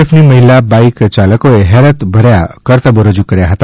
એફની મહિલા બાઇક યાલકોએ હેરત ભરથા કરતબો રજૂ કર્યા હતા